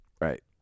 Right